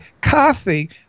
coffee